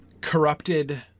corrupted